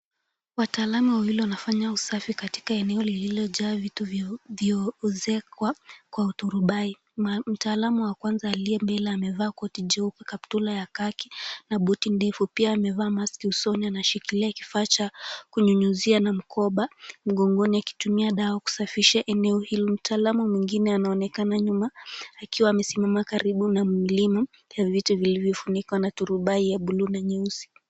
Wataalamu wawili wanafanya usafi katika eneo lililojaa vitu vilivyoezekwa kwa uturubai, mtaalamu wa kwanza aliye mbele amevaa koti jeupe kaptura ya kaki , na buti ndefu, pia amevaa maski usoni anashikilia kifaa cha, kunyunyizia na mkoba, mgongoni akitumia dawa kusafisha eneo hilo, mtaalamu mwingine anaonekana nyuma, akiwa amesimama karibu na mlima, ya viti viwili vilivyo funikwa na turubai ya buluu na nyeusi.